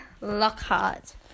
Lockhart